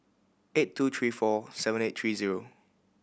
eight two three four seven eight three zero